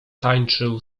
tańczył